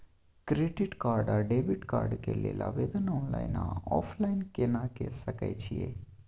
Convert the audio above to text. Credit card आ debit card के लेल आवेदन ऑनलाइन आ ऑफलाइन केना के सकय छियै?